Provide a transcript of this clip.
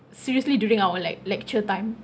seriously during our like lecture time